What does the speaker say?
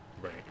right